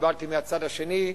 קיבלתי מהצד השני,